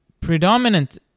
predominant